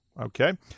Okay